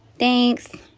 thanks!